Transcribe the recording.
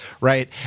right